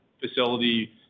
facility